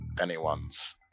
anyone's